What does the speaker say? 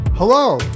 Hello